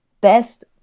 best